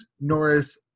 Norris